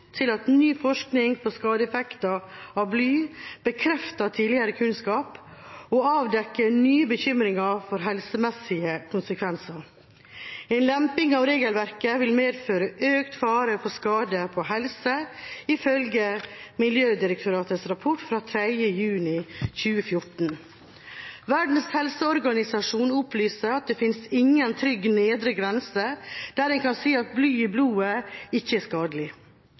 til at ny forskning på skadeeffekter av bly bekrefter tidligere kunnskap og avdekker nye bekymringer for helsemessige konsekvenser. En lemping på regelverket vil medføre økt fare for skade på helse, ifølge Miljødirektoratets rapport fra 3.juni 2014. Verdens helseorganisasjon opplyser at det finnes ingen trygg nedre grense der en kan si at bly i blodet ikke er skadelig.